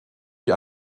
die